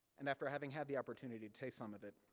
and after having had the opportunity to taste some of it,